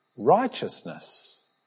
Righteousness